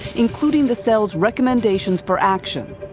including the cell's recommendations for action.